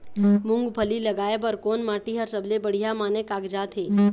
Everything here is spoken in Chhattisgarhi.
मूंगफली लगाय बर कोन माटी हर सबले बढ़िया माने कागजात हे?